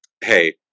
hey